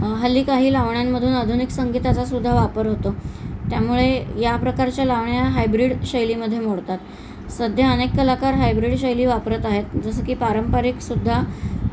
हल्ली काही लावण्यांमधून आधुनिक संगीताचासुद्धा वापर होतो त्यामुळे या प्रकारच्या लावण्या हायब्रीड शैलीमध्ये मोडतात सध्या अनेक कलाकार हायब्रीड शैली वापरत आहेत जसं की पारंपरिकसुद्धा